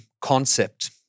concept